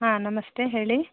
ಹಾಂ ನಮಸ್ತೆ ಹೇಳಿ